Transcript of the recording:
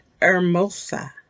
Hermosa